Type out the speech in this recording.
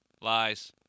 Lies